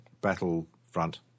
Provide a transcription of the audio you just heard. Battlefront